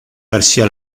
garcía